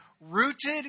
rooted